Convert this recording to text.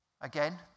Again